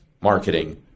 marketing